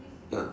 ya